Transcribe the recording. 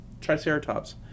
triceratops